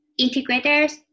integrators